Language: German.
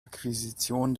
akquisition